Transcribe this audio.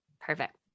Perfect